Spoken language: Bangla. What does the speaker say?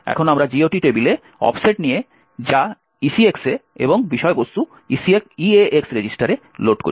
এখন আমরা GOT টেবিলে অফসেট নিয়ে যা ECX এ এবং বিষয়বস্তু EAX রেজিস্টারে লোড করি